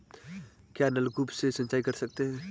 क्या नलकूप से सिंचाई कर सकते हैं?